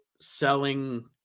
selling